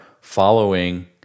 following